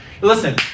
Listen